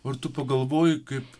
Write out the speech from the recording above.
ar tu pagalvojai kaip